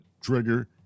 trigger